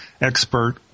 expert